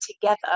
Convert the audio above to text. together